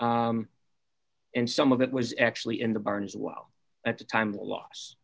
and some of it was actually in the barn as well at the time a loss